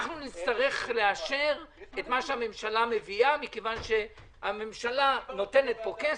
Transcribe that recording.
אנחנו נצטרך לאשר את מה שהממשלה מביאה כי הממשלה נותנת פה כסף.